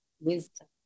wisdom